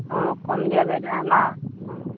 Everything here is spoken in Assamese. অ কম দিয়া বাইদেউ আমা ও